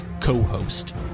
co-host